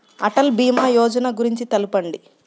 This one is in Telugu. అటల్ భీమా యోజన గురించి తెలుపండి?